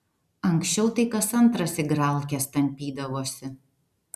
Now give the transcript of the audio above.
anksčiau tai kas antras igralkes tampydavosi